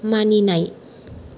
मानिनाय